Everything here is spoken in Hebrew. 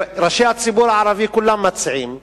וראשי הציבור הערבי כולם מציעים,